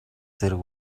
зэрэг